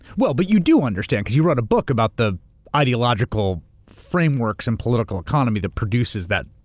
well, but you do understand because you wrote a book about the ideological frameworks and political economy that produces that.